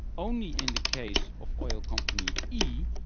only in the case of oil company e,